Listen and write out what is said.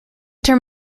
term